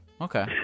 Okay